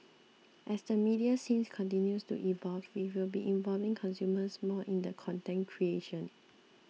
as the media scenes continues to evolve we will be involving consumers more in the content creation